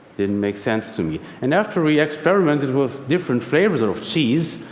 didn't make sense to me. and after we experimented with different flavors of cheese,